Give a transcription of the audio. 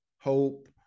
hope